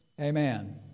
Amen